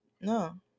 No